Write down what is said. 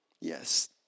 Yes